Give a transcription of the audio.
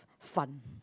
fun